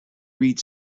read